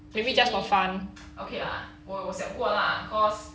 actually okay lah 我有想过 lah cause